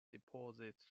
deposit